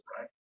right